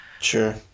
Sure